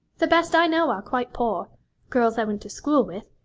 the best i know are quite poor girls i went to school with.